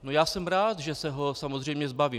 Já jsem rád, že se ho samozřejmě zbavím.